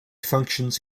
functions